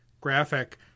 graphic